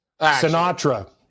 sinatra